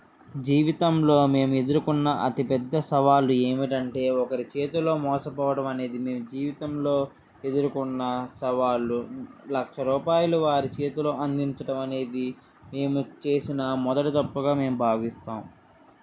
జీవితంలో మేము ఎదుర్కొన్న అతి పెద్ద సవాళ్ళు ఏమిటంటే ఒకరి చేతిలో మోసపోవడం అనేది మేము జీవితంలో ఎదుర్కొన్న సవాళ్ళు లక్ష రూపాయలు వారి చేతిలో అందించటం అనేది మేము చేసిన మొదటి తప్పుగా మేము భావిస్తాం